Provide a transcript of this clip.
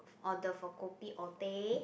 order for kopi or teh